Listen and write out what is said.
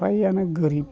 फ्रायानो गोरिब